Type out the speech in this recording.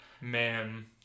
Man